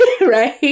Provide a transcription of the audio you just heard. Right